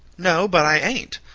no, but i ain't.